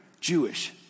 Jewish